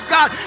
God